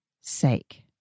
sake